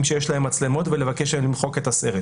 שיש להם מצלמות ולבקש מהם למחוק את הסרט,